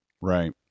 Right